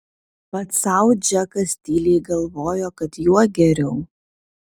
pats sau džekas tyliai galvojo kad juo geriau